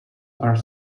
are